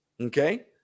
Okay